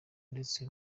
ndetse